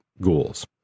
ghouls